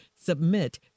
Submit